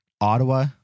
ottawa